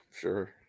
Sure